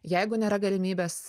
jeigu nėra galimybės